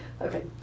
Okay